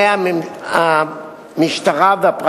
בכל